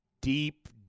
deep